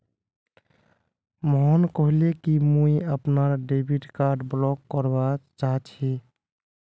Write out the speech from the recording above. मोहन कहले कि मुई अपनार डेबिट कार्ड ब्लॉक करवा चाह छि